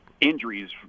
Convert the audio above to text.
injuries